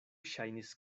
ŝajnis